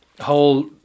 whole